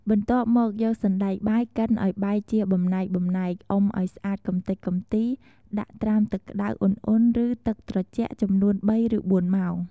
បន្ទាប់មកយកសណ្ដែកបាយកិនឱ្យបែកជាបំណែកៗ អុំឱ្យស្អាតកម្ទេចកំទី ដាក់ត្រាំទឹកក្ដៅឧណ្ហៗ ឬទឹកត្រជាក់ចំនួន ៣ ឬ៤ម៉ោង។